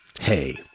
Hey